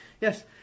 yes